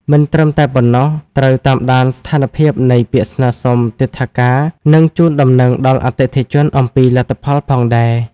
មិនត្រឹមតែប៉ុណ្ណោះ ត្រូវតាមដានស្ថានភាពនៃពាក្យស្នើសុំទិដ្ឋាការ និងជូនដំណឹងដល់អតិថិជនអំពីលទ្ធផលផងដែរ។